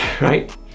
right